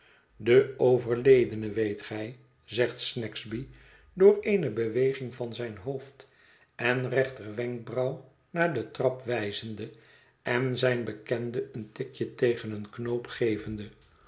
de overledene weet gij zegt snagsby door eene beweging van zijn hoofd en rechterwenkbrauw naar de trap wijzende en zijn bekende een tikje tegen een knoop gevende